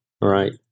right